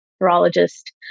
neurologist